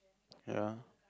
ya